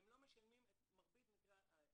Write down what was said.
הם לא משלמים את מרבית מקרי התאונות.